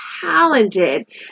talented